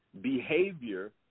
behavior